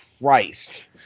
Christ